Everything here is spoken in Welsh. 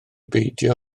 beidio